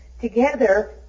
together